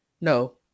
No